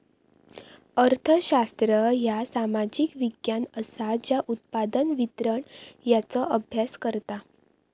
अर्थशास्त्र ह्या सामाजिक विज्ञान असा ज्या उत्पादन, वितरण यांचो अभ्यास करता